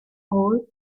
hall